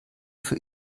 für